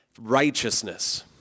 righteousness